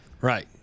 Right